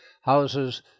houses